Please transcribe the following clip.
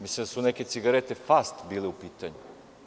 Mislim da su neke cigarete „Fast“ bile u pitanju.